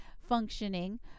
functioning